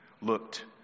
looked